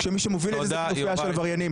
כאשר מי שמוביל את זה זאת כנופייה של עבריינים,